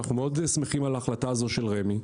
אנחנו מאוד שמחים על ההחלטה הזו של רמ"י,